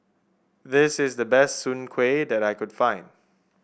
this is the best Soon Kuih that I can find